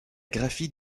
graphie